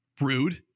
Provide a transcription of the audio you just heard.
rude